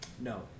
No